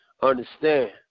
Understand